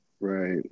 Right